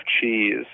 cheese